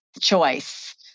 choice